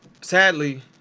sadly